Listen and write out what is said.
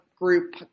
group